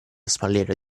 spalliera